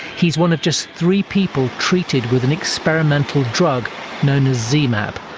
he's one of just three people treated with an experimental drug known as zmapp.